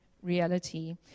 reality